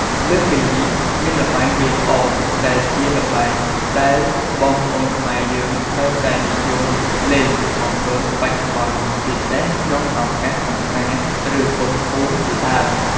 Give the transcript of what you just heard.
លើសពីនេះមានល្បែងវាយក្អម ដែលជាល្បែងដែលបងប្អូនខ្មែរយើងនៅតែនិយមលេងមកទល់បច្ចុប្បន្ន ពិសេសក្នុងឱកាសសង្ក្រាន្ត ឬ បុណ្យភូមិជាដើម។